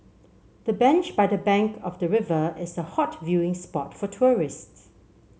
the bench by the bank of the river is a hot viewing spot for tourists